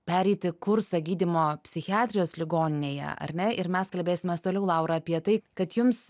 pereiti kursą gydymo psichiatrijos ligoninėje ar ne ir mes kalbėsimės toliau laura apie tai kad jums